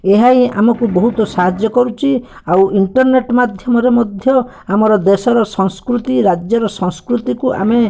ଏହା ହିଁ ଆମୁକୁ ବହୁତ ସାହାଯ୍ୟ କରୁଛି ଆଉ ଇର୍ଣ୍ଟରନେଟ୍ ମାଧ୍ୟମରେ ମଧ୍ୟ ଆମର ଦେଶର ସଂସ୍କୃତି ରାଜ୍ୟର ସଂସ୍କୃତିକୁ ଆମେ